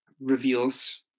reveals